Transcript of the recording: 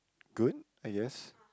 good I guess